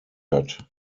hat